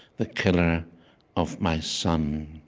the killer of my son